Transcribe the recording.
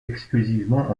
exclusivement